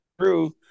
true